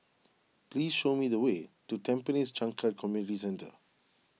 please show me the way to Tampines Changkat Community Centre